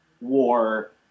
war